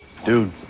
Dude